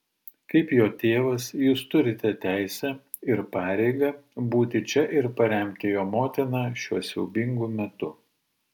kaip jo tėvas jūs turite teisę ir pareigą būti čia ir paremti jo motiną šiuo siaubingu metu